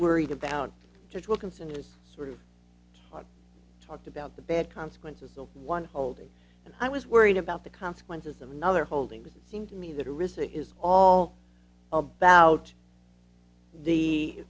worried about just wilkinson is sort of talked about the bad consequences the one holding and i was worried about the consequences of another holding would seem to me that risky is all about the